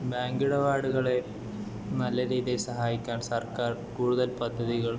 ബാങ്കിടപാടുകളെ നല്ല രീതിയിൽ സഹായിക്കാൻ സർക്കാർ കൂടുതൽ പദ്ധതികൾ